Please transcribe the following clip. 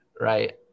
Right